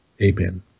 Amen